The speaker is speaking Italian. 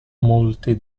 molti